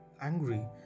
angry